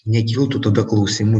nekiltų tada klausimų